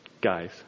guys